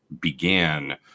began